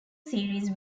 series